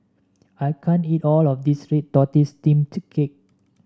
I can't eat all of this Red Tortoise Steamed Cake